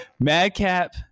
Madcap